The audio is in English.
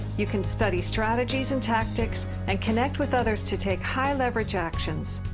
you can study strategies and tactics and connect with others, to take high level actions.